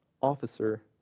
officer